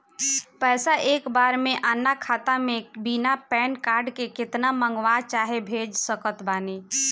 पैसा एक बार मे आना खाता मे बिना पैन कार्ड के केतना मँगवा चाहे भेज सकत बानी?